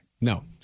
No